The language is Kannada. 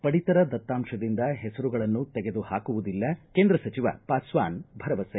ಪಡಿತರ ದತ್ತಾಂಶದಿಂದ ಹೆಸರುಗಳನ್ನು ತೆಗೆದು ಹಾಕುವುದಿಲ್ಲ ಕೇಂದ್ರ ಸಚಿವ ಪಾಸ್ವಾನ್ ಭರವಸೆ